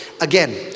Again